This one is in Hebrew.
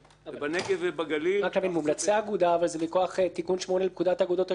אבל זה מכוח תיקון 8 לפקודת האגודות השיתופיות.